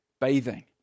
bathing